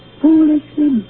foolishly